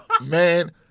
Man